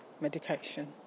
medication